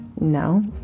No